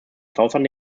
southern